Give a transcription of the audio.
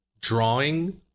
drawing